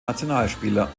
nationalspieler